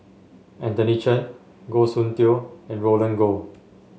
Anthony Chen Goh Soon Tioe and Roland Goh